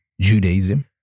Judaism